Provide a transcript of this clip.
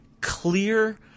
clear